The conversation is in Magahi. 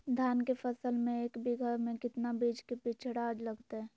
धान के फसल में एक बीघा में कितना बीज के बिचड़ा लगतय?